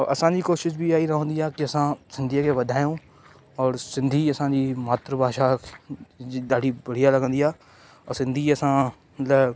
और असांजी कोशिशि बि इहा ई रहंदी आहे की असां सिंधीअ खे वधाइयूं और सिंधी असांजी मात्र भाषा जी ॾाढी बढ़िया लॻंदी आहे ऐं सिंधी असां मतिलब